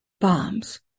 bombs